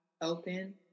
open